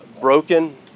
broken